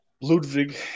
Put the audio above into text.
Ludwig